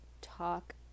talk